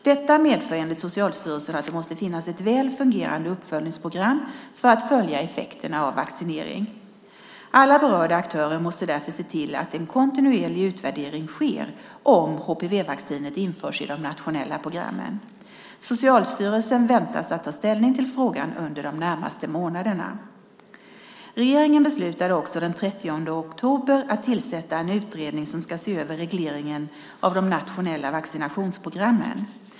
Detta medför enligt Socialstyrelsen att det måste finnas ett väl fungerande uppföljningsprogram för att följa effekterna av vaccinering. Alla berörda aktörer måste därför se till att en kontinuerlig utvärdering sker om HPV-vaccinet införs i de nationella programmen. Socialstyrelsen väntas ta ställning till frågan under de närmaste månaderna. Regeringen beslutade också den 30 oktober att tillsätta en utredning som ska se över regleringen av de nationella vaccinationsprogrammen.